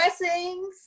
blessings